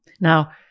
Now